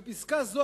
בפסקה זו,